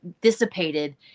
dissipated